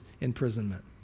imprisonment